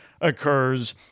occurs